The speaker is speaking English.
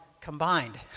combined